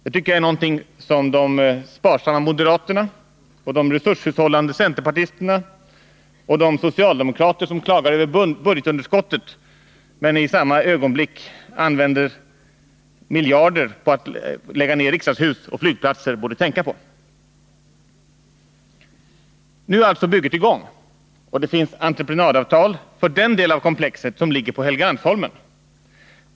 Det tycker jag är någonting som de sparsamma moderaterna, de resurshushållande centerpartisterna och de socialdemokrater som klagar över budgetunderskottet men i samma ögonblick använder miljarder för att lägga ned riksdagshus och flygplatser borde tänka på. Nu är alltså bygget i gång, och det finns entreprenadavtal för den del av komplexet som ligger på Helgeandsholmen.